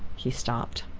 he stopped.